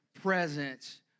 presence